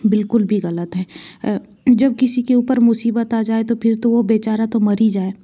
बिल्कुल भी ग़लत है जब किसी के ऊपर मुसीबत आ जाए तो फिर तो वो बेचारा तो मर ही जाए